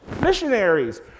Missionaries